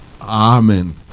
Amen